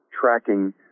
tracking